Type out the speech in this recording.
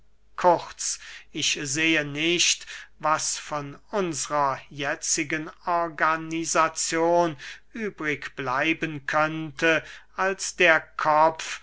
kurz ich sehe nicht was von unsrer jetzigen organisazion übrig bleiben könnte als der kopf